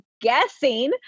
guessing